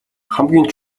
хамгийн